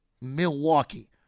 Milwaukee